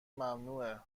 ممنوعه